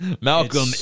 Malcolm